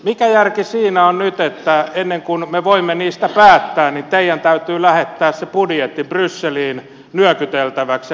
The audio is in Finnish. mikä järki on nyt siinä että ennen kuin me voimme niistä päättää teidän täytyy lähettää se budjetti brysseliin nyökyteltäväksi ja hyväksyttäväksi